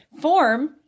form